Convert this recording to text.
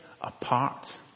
apart